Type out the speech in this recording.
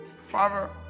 Father